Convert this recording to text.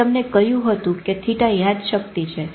મેં તમને કહ્યું હતું કે થીટા યાદશક્તિ છે